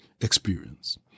experience